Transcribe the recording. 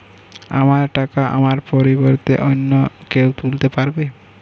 আমার টাকা আমার পরিবর্তে অন্য কেউ তুলতে পারবে?